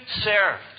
served